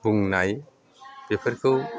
बुंनाय बेफोरखौ